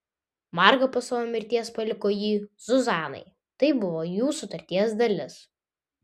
marga po savo mirties paliko jį zuzanai tai buvo jų sutarties dalis